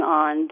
on